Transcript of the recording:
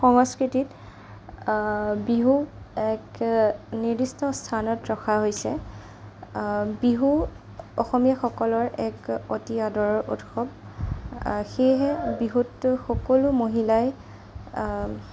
সংস্কৃতিত বিহুক এক নিৰ্দিষ্ট স্থানত ৰখা হৈছে বিহু অসমীয়াসকলৰ এক অতি আদৰৰ উৎসৱ সেয়েহে বিহুত সকলো মহিলাই